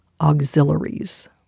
auxiliaries